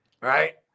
right